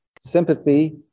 Sympathy